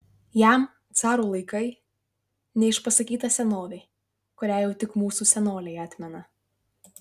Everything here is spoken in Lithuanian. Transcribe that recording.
jam caro laikai neišpasakyta senovė kurią jau tik mūsų senoliai atmena